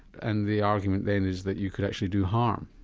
and the argument then is that you could actually do harm.